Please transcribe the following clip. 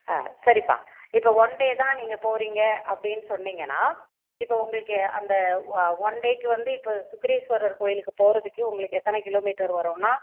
ஆ சரிப்பா இப்போ one day தான் நீங்கள் போகிறீங்க அப்படின்னு சொன்னீங்கன்னால் இப்போ உங்களுக்கு அந்த ஒன் டேக்கு வந்து இப்போ சுக்ரீஸ்வரர் கோயிலுக்கு போகிறதுக்கு உங்களுக்கு எத்தனை கிலோமீட்டர் வருன்னால்